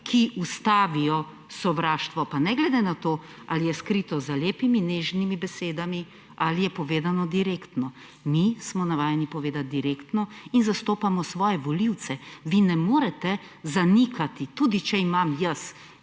ki ustavijo sovraštvo, pa ne glede na to, ali je skrito za lepimi, nežnimi besedami ali je povedano direktno. Mi smo navajeni povedati direktno in zastopamo svoje volivce. Vi ne morete zanikati, tudi če imam jaz